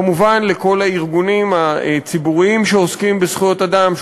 כמובן לכל הארגונים הציבוריים שעוסקים בזכויות אדם,